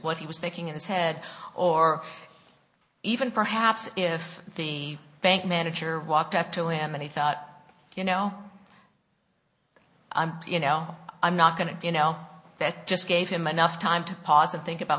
what he was thinking in his head or even perhaps if the bank manager walked up to him and he thought you know i'm you know i'm not going to do you know that just gave him enough time to pause and think about